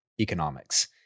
economics